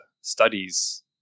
studies